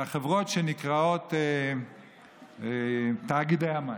בחברות שנקראות תאגידי המים.